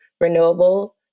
renewable